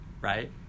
right